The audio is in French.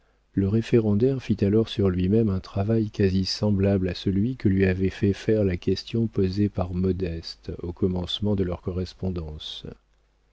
le référendaire fit alors sur lui-même un travail quasi semblable à celui que lui avait fait faire la question posée par modeste au commencement de leur correspondance